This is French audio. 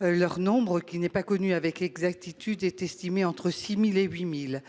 Leur nombre, qui n’est pas connu avec exactitude, est estimé entre 6 000 et 8 000.